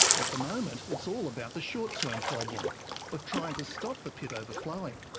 at the moment it's all about the short-term problem of trying to stop the pit overflowing.